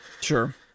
Sure